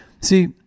see